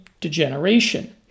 degeneration